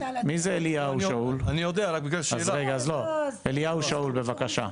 אליהו שאול בבקשה.